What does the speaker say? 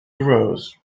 arose